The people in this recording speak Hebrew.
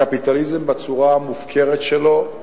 הקפיטליזם, בצורה המופקרת שלו,